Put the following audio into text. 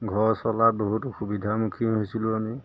ঘৰ চলাত বহুত অসুবিধামুখী হৈছিলোঁ আমি